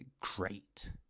great